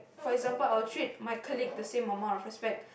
for example I would treat my colleague with the same amount of respect